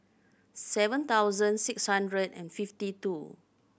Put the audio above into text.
seven thousand six hundred and fifty two